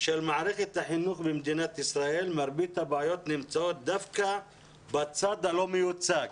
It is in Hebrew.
של מערכת החינוך במדינת ישראל נמצאות דווקא בצד הלא מיוצג,